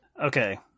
Okay